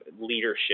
leadership